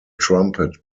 trumpet